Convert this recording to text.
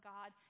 God